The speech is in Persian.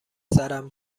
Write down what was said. سرم